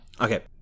okay